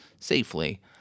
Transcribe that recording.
safely